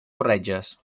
corretges